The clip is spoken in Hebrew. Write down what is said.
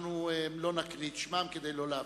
אנחנו לא נקריא את שמם כדי לא להביך.